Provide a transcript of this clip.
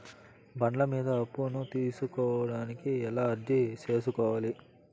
బండ్ల మీద అప్పును తీసుకోడానికి ఎలా అర్జీ సేసుకోవాలి?